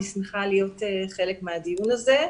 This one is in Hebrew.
אני שמחה להיות חלק מהדיון הזה.